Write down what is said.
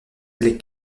les